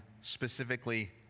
specifically